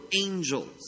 angels